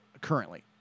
currently